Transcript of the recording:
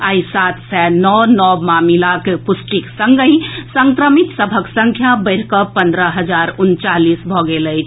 आइ सात सय नओ नव मामिलाक पुष्टिक संगहि संक्रमित सभक संख्या बढ़िकऽ पन्द्रह हजार उनचालीस भऽ गेल अछि